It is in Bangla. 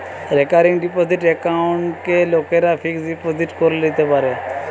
রেকারিং ডিপোসিট একাউন্টকে লোকরা ফিক্সড ডিপোজিট করে লিতে পারে